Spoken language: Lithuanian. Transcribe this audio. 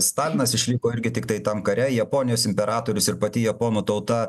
stalinas išliko irgi tiktai tam kare japonijos imperatorius ir pati japonų tauta